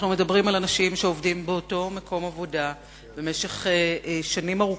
אנחנו מדברים על אנשים שעובדים באותו מקום עבודה במשך שנים ארוכות,